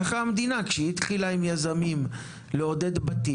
כשהמדינה התחילה לעודד בתים עם יזמים,